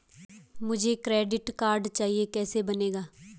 मुझे credit card चाहिए कैसे बनेगा?